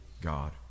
God